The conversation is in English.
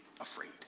afraid